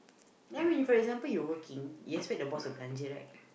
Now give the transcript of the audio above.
then when you for example you working you expect the boss to blanjah right